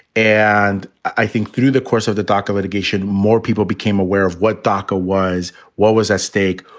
and i think through the course of the doca litigation, more people became aware of what daca was, what was at stake,